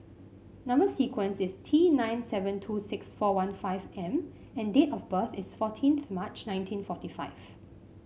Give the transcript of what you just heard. number sequence is T nine seven two six four one five M and date of birth is fourteenth March nineteen forty five